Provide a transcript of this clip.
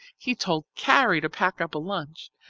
he told carrie to pack up a lunch,